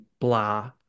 blah